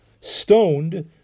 stoned